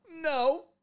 no